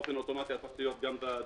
אבל באופן אוטומטי הפכתי להיות גם הדובר